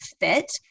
fit